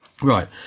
Right